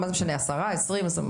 מה זה משנה 10%, 20%?